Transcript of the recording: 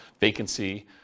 vacancy